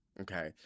Okay